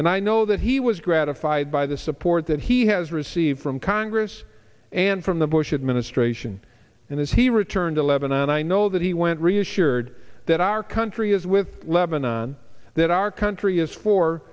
and i know that he was gratified by the support that he has received from congress and from the bush administration and as he returned eleven and i know that he went reassured that our country is with lebanon that our country is for